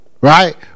Right